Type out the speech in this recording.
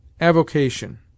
Avocation